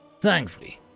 Thankfully